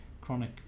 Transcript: Chronic